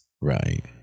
right